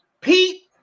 Pete